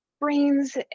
brains